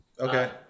Okay